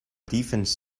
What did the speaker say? defense